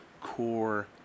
core